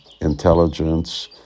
intelligence